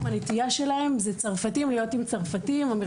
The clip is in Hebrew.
הנטייה של הסטודנטים הוא להתקבץ לפי מוצא צרפתים עם צרפתים וכולי.